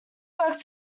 work